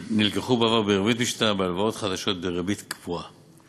שנלקחו בעבר בריבית משתנה בהלוואות חדשות בריבית קבועה.